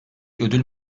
ödül